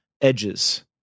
edges